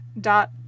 dot